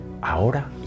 ahora